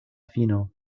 fino